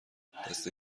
دسته